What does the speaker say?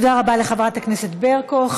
תודה רבה לחברת הכנסת ברקו.